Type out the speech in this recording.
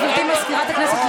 גברתי סגנית מזכירת הכנסת,